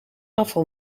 afval